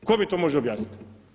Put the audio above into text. Tko mi to može objasniti?